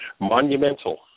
monumental